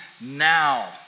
now